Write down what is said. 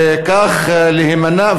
וכך להימנע,